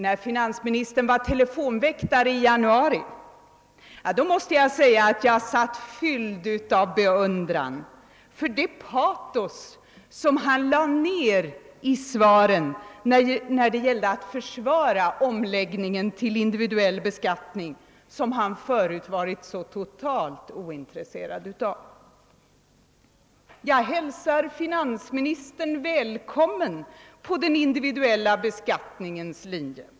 När finansministern var telefonväktare i januari, satt jag fylld av beundran för det patos som han visade när det gällde att försvara omläggningen till den individuella beskattning som han förut varit så totalt ointresserad av. Jag hälsar finansministern välkommen på den individuella beskattningens linje.